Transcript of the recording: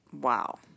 Wow